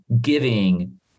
giving